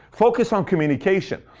focus on communication.